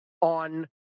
on